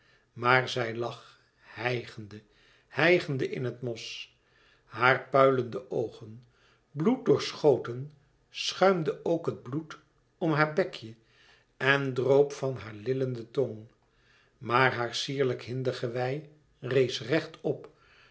maar zij lag hijgende hijgende in het mos haar puilende oogen bloeddoorschoten schuimde ook het bloed om haar bekje en droop van hare lillende tong maar haar sierlijk hindegewei rees recht op